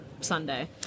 sunday